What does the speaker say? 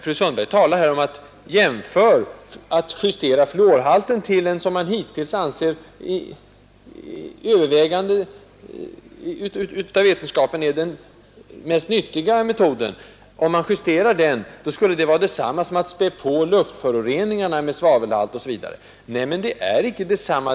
Fru Sundberg säger också att om man justerar fluorhalten — till vad som vetenskapen hittills övervägande har ansett är den mest nyttiga koncentrationen — skulle det vara detsamma som att späda på luftföroreningarna med ökad svavelhalt osv. Men det är icke detsamma.